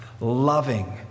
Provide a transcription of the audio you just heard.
loving